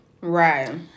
Right